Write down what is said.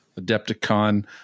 Adepticon